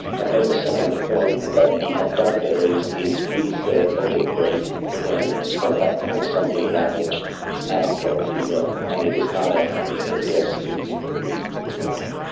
and then the second point that we have done there is is really said, okay, great. again, just going back to my assembly language anecdote if you will, and it is not ah a diss. it's it's a good thing.